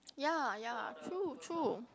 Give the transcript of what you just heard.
ya ya true true